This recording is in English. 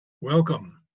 Welcome